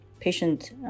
patient